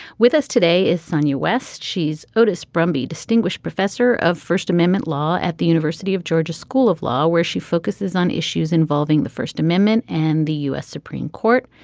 with us today is sunny west she's otis brumby distinguished professor of first amendment law at the university of georgia school of law where she focuses on issues involving the first amendment and the u s. supreme court.